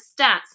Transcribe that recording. stats